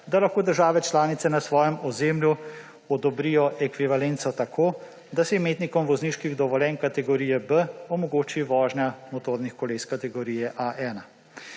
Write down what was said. da lahko države članice na svojem ozemlju odobrijo ekvivalenco tako, da se imetnikom vozniških dovoljenj kategorije B omogoči vožnja motornih kategorij